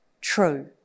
true